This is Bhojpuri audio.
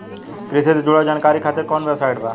कृषि से जुड़ल जानकारी खातिर कोवन वेबसाइट बा?